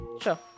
sure